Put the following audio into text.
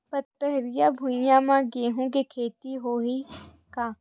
पथरिला भुइयां म गेहूं के खेती होही का?